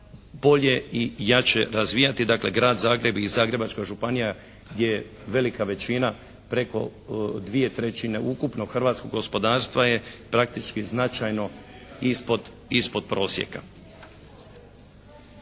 bolje i jače razvijati, dakle Grad Zagreb i Zagrebačka županija je velika većina preko dvije trećine ukupnog hrvatskog gospodarstva je praktični značajno ispod prosjeka.